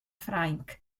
ffrainc